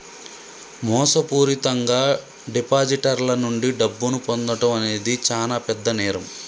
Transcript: మోసపూరితంగా డిపాజిటర్ల నుండి డబ్బును పొందడం అనేది చానా పెద్ద నేరం